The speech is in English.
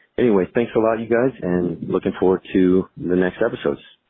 anyways thanks a lot, you guys and looking forward to the next episodes,